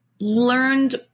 learned